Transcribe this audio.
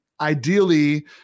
ideally